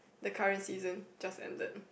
the current season just ended